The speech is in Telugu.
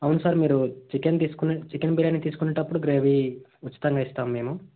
అవును సార్ మీరు చికెన్ తీసుకున్నాను చికెన్ బిర్యానీ తీసుకునేటప్పుడు గ్రేవీ ఉచితంగా ఇస్తాము మేము